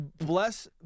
bless